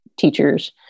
teachers